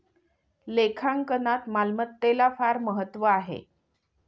लेखांकनात मालमत्तेला फार महत्त्व आहे